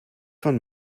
von